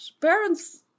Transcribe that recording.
Parents